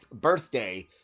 birthday